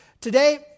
Today